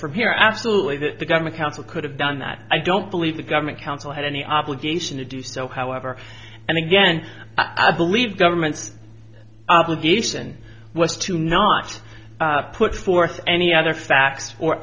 from here absolutely that the government council could have done that i don't believe the government counsel had any obligation to do so however and again i believe government will be a sion was to not put forth any other facts or